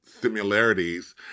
similarities